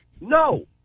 No